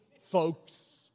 folk's